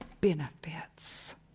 benefits